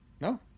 No